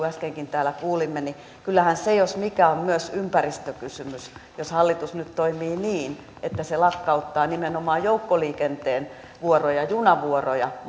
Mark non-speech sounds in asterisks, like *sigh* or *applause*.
*unintelligible* äskenkin täällä kuulimme niin kyllähän se jos mikä on myös ympäristökysymys jos hallitus nyt toimii niin että se lakkauttaa nimenomaan joukkoliikenteen vuoroja junavuoroja *unintelligible*